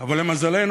אבל למזלנו,